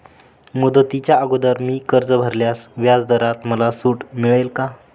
मुदतीच्या अगोदर मी कर्ज भरल्यास व्याजदरात मला सूट मिळेल का?